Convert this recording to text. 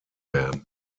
werden